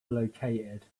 located